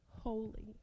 holy